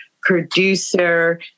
producer